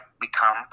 become